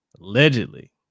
allegedly